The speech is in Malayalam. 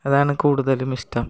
അതാണ് കൂടുതലും ഇഷ്ടം